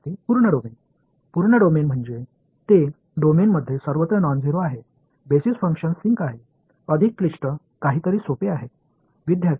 மாணவர்ஃபுல்டொமைன் full domain என்றால் அது டொமைனில் எல்லா இடங்களிலும் நான் ஜீரோ என்பது அடிப்படை செயல்பாடு சின்க் என்பது மிகவும் சிக்கலான ஒன்று